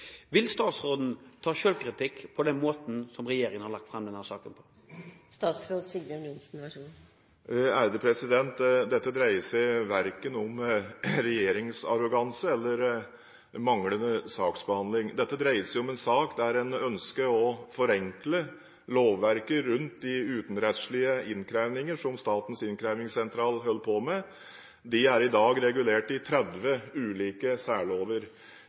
Vil statsråden ta selvkritikk på måten som regjeringen har lagt fram denne saken på? Dette dreier seg verken om regjeringsarroganse eller manglende saksbehandling. Dette dreier seg om en sak der en ønsker å forenkle lovverket rundt de utenrettslige innkrevinger som Statens innkrevingssentral holder på med. De er i dag regulert i 30 ulike særlover.